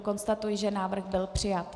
Konstatuji, že návrh byl přijat.